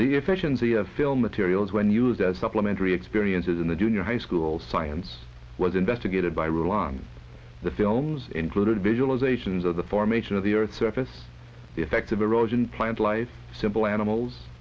the efficiency of film materials when used as supplementary experiences in the junior high school science was investigated by rule on the films included visualizations of the formation of the earth's surface the effect of erosion plant life simple animals